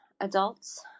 adults